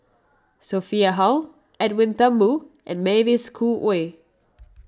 Sophia Hull Edwin Thumboo and Mavis Khoo Oei